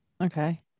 Okay